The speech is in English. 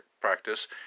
practice